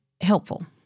helpful